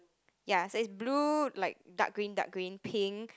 ya so it's blue like dark green dark green pink